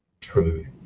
true